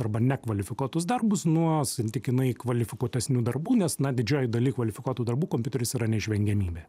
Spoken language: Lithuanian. arba nekvalifikuotus darbus nuo santykinai kvalifikuotesnių darbų nes na didžiojoj daly kvalifikuotų darbų kompiuteris yra neišvengiamybė